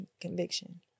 conviction